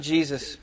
Jesus